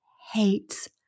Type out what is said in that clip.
hates